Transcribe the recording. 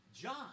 John